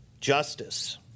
justice